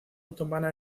otomana